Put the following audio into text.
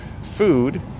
food